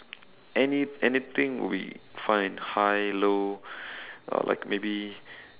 any~ anything will be fine high low uh like maybe